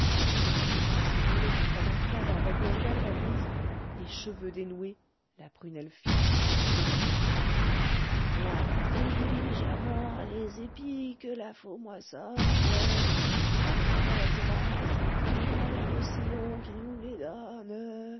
emma se releva comme un cadavre que l'on galvanise les cheveux dénoués la prunelle fixe béante pour amasser diligemment les épis que la faux moissonne ma nanette va s'inclinant vers le sillon qui nous les